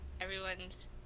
everyone's